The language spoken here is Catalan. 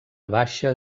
baixa